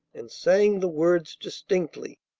and sang the words distinctly.